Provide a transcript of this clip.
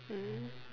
mm